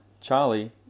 Charlie